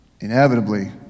inevitably